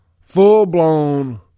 full-blown